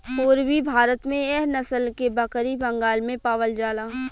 पूरबी भारत में एह नसल के बकरी बंगाल में पावल जाला